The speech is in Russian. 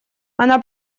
она